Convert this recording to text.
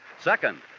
Second